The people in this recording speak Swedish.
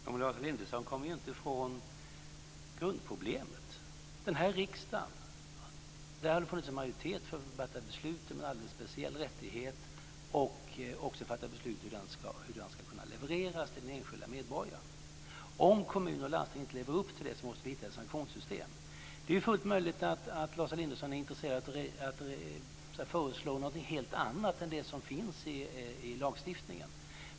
Herr talman! Lars Elinderson kommer ju inte ifrån grundproblemet. I den här riksdagen har det funnits en majoritet för att fatta beslut om en alldeles speciell rättighet och också för att fatta beslut om hur den ska kunna levereras till den enskilde medborgaren. Om kommuner och landsting inte lever upp till det här måste vi hitta ett sanktionssystem. Det är fullt möjligt att Lars Elinderson är intresserad av att föreslå någonting helt annat än det som finns i lagstiftningen.